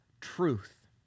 truth